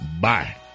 Bye